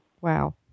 Wow